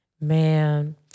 man